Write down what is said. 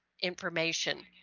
information